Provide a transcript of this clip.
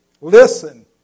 listen